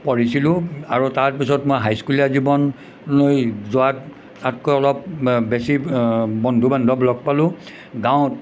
পঢ়িছিলোঁ আৰু তাৰ পিছত মই হাইস্কুলীয়া জীৱনলৈ যোৱাত তাতকৈ অলপ বেছি বন্ধু বান্ধৱ লগ পালোঁ গাঁৱত